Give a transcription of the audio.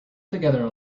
together